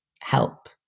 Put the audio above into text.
help